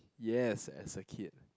yes as a kid